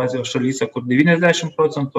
azijos šalyse kur devyniasdešim procentų